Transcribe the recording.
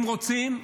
אם רוצים,